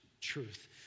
truth